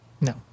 No